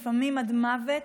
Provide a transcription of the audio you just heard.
לפעמים עד מוות,